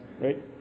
right